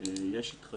אין לי כל כך